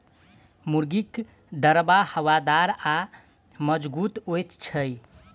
मुर्गीक दरबा हवादार आ मजगूत होइत छै